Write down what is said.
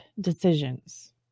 decisions